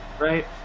right